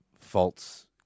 faults